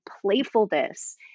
playfulness